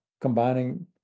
combining